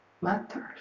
matters